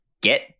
get